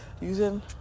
using